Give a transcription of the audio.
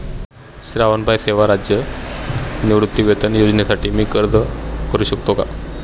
श्रावणबाळ सेवा राज्य निवृत्तीवेतन योजनेसाठी मी अर्ज करू शकतो का?